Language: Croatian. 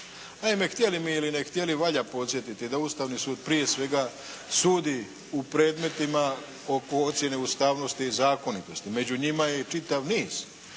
Naime, htjeli mi ili ne htjeli, valja podsjetiti da Ustavni sud prije svega sudi u predmetima oko ocjene ustavnosti i zakonitosti. Među njima je i čitav niz